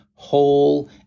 whole